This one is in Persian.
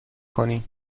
کنیم